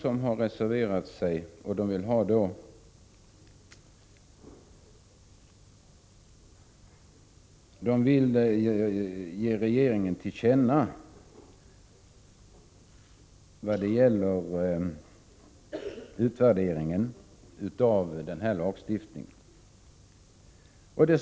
De vill ge regeringen till känna sin uppfattning när det gäller en utvärdering av lagstiftningen.